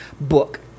book